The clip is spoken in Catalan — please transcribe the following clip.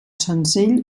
senzill